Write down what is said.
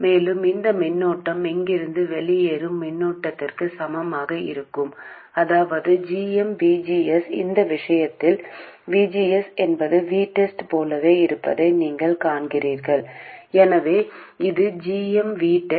மேலும் அந்த மின்னோட்டம் இங்கிருந்து வெளியேறும் மின்னோட்டத்திற்கு சமமாக இருக்கும் அதாவது gmVGS இந்த விஷயத்தில் VGS என்பது VTEST போலவே இருப்பதை நீங்கள் காண்கிறீர்கள் எனவே அது gmVTEST Vo RL